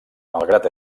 malgrat